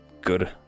good